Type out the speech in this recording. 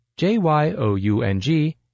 jyoung